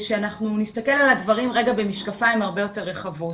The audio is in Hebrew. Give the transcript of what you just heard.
שנסתכל על הדברים רגע במשקפיים הרבה יותר רחבות.